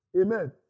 Amen